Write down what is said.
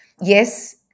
yes